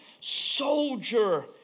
soldier